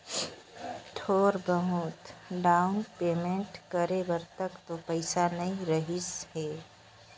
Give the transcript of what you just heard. थोर बहुत down payment करे बर तक तो पइसा नइ रहीस हे